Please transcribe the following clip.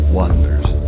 wonders